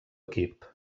equip